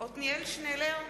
עתניאל שנלר,